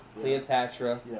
Cleopatra